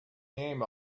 name